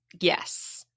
Yes